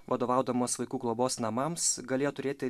vadovaudamas vaikų globos namams galėjo turėti